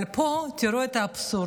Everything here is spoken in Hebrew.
אבל פה, תראו את האבסורד.